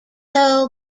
mato